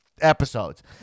episodes